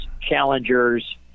Challengers